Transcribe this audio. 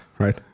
right